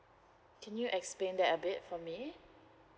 can you explain that a bit for me